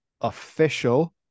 official